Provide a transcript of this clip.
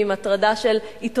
הטרדה של צילומים אינטנסיביים,